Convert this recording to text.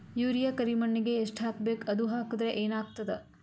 Urea ಕರಿಮಣ್ಣಿಗೆ ಎಷ್ಟ್ ಹಾಕ್ಬೇಕ್, ಅದು ಹಾಕದ್ರ ಏನ್ ಆಗ್ತಾದ?